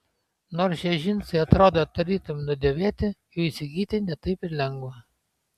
nors šie džinsai atrodo tarytum nudėvėti jų įsigyti ne taip ir lengva